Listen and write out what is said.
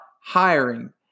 hiring